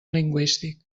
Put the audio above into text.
lingüístic